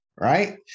right